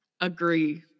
Agree